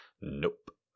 Nope